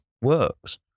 works